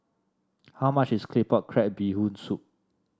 how much is Claypot Crab Bee Hoon Soup